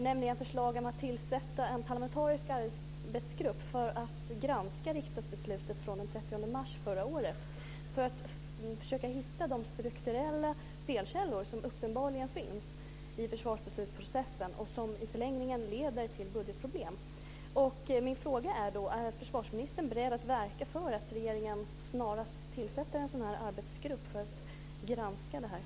Det är ett förslag om att tillsätta en parlamentarisk arbetsgrupp för att granska riksdagsbeslutet från den 30 mars förra året för att försöka hitta de strukturella felkällor som uppenbarligen finns i försvarsbeslutsprocessen och som i förlängningen leder till budgetproblem. Min fråga är då: Är försvarsministern beredd att verka för att regeringen snarast tillsätter en arbetsgrupp för att granska detta?